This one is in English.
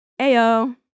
a-o